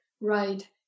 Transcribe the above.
right